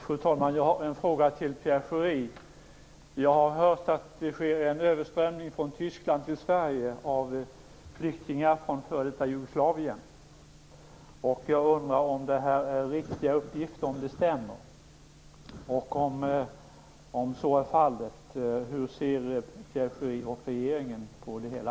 Fru talman! Jag har en fråga till Pierre Schori. Jag har hört att det sker en överströmning från Tyskland till Sverige av flyktingar från f.d. Jugoslavien. Jag undrar om det stämmer. Om så är fallet, hur ser Pierre Schori och regeringen på det hela?